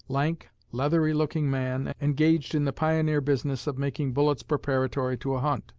lank, leathery looking man, engaged in the pioneer business of making bullets preparatory to a hunt.